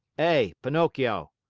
hey, pinocchio,